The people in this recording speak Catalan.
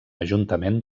ajuntament